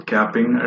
Capping